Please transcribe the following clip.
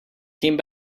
came